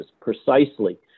Precisely